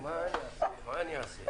הישיבה נעולה.